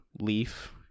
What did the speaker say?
leaf